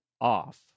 off